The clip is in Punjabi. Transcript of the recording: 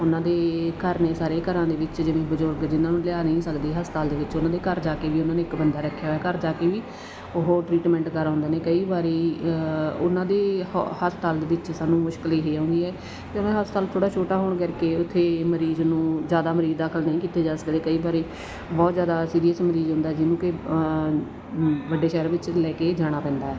ਉਹਨਾਂ ਦੇ ਘਰ ਨੇ ਸਾਰੇ ਘਰਾਂ ਦੇ ਵਿੱਚ ਜਿਵੇਂ ਬਜ਼ੁਰਗ ਜਿਹਨਾਂ ਨੂੰ ਲਿਆ ਨਹੀਂ ਸਕਦੇ ਹਸਪਤਾਲ ਦੇ ਵਿੱਚ ਉਹਨਾਂ ਦੇ ਘਰ ਜਾ ਕੇ ਵੀ ਉਹਨਾਂ ਨੇ ਇੱਕ ਬੰਦਾ ਰੱਖਿਆ ਹੋਇਆ ਘਰ ਜਾ ਕੇ ਵੀ ਉਹ ਟਰੀਟਮੈਂਟ ਕਰ ਆਉਂਦੇ ਨੇ ਕਈ ਵਾਰੀ ਉਹਨਾਂ ਦੇ ਹ ਹਸਪਤਾਲ ਦੇ ਵਿੱਚ ਸਾਨੂੰ ਮੁਸ਼ਕਿਲ ਇਹ ਆਉਂਦੀ ਹੈ ਕਿ ਉਹਨਾਂ ਦਾ ਹਸਪਤਾਲ ਥੋੜ੍ਹਾ ਛੋਟਾ ਹੋਣ ਕਰਕੇ ਉੱਥੇ ਮਰੀਜ਼ ਨੂੰ ਜ਼ਿਆਦਾ ਮਰੀਜ਼ ਦਾ ਦਾਖਲ ਨਹੀਂ ਕੀਤੇ ਜਾ ਸਕਦੇ ਕਈ ਵਾਰੀ ਬਹੁਤ ਜ਼ਿਆਦਾ ਸੀਰੀਅਸ ਮਰੀਜ਼ ਹੁੰਦਾ ਜਿਹਨੂੰ ਕਿ ਵੱਡੇ ਸ਼ਹਿਰ ਵਿੱਚ ਲੈ ਕੇ ਜਾਣਾ ਪੈਂਦਾ